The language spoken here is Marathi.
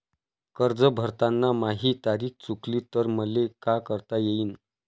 कर्ज भरताना माही तारीख चुकली तर मले का करता येईन?